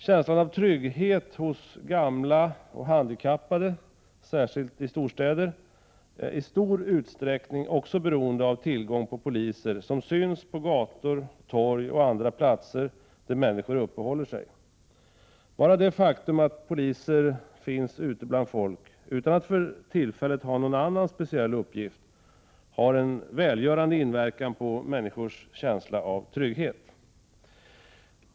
Känslan av trygghet hos gamla och handikappade — särskilt i storstäder — är istor utsträckning också beroende av tillgång på poliser som syns på gator och torg och andra platser där människor uppehåller sig. Bara det faktum att poliser finns ute bland folk, utan att för tillfället ha någon annan speciell uppgift, har en välgörande inverkan på människors känsla av trygghet.